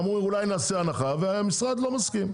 אמרו אולי נעשה הנחה והמשרד לא מסכים.